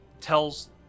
tells